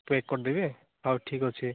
pack କରିଦେବି ହଉ ଠିକ୍ ଅଛି